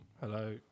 Hello